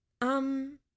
Um